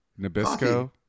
nabisco